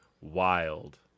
wild